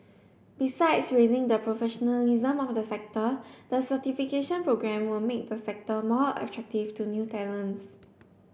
besides raising the professionalism of the sector the certification programme will make the sector more attractive to new talents